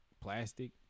plastic